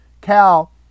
Cal